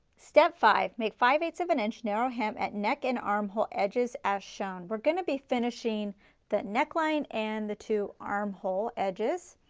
step five make five eighths of an inch narrow hem at neck and armhole edges as shown. we are going to be finishing the neck line and the two armhole edges,